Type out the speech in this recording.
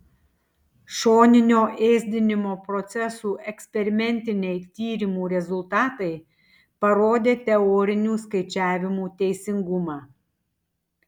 šoninio ėsdinimo procesų eksperimentiniai tyrimų rezultatai parodė teorinių skaičiavimų teisingumą